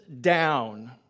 down